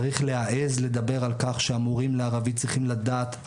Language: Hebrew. צריך להעז לדבר על כך שהמורים לערבית צריכים לדעת ערבית.